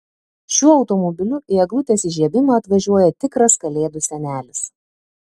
šiuo automobiliu į eglutės įžiebimą atvažiuoja tikras kalėdų senelis